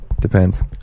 depends